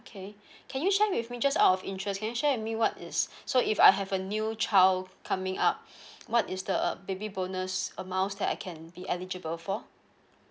okay can you share with me just out of interest can you share with me what is so if I have a new child coming up what is the uh baby bonus amount that I can be eligible for